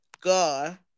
God